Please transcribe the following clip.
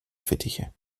fittiche